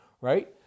right